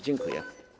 Dziękuję.